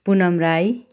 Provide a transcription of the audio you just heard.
Punam Rai